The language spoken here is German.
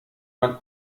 man